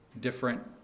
different